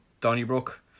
Donnybrook